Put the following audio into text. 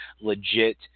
legit